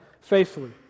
faithfully